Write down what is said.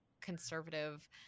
conservative